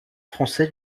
français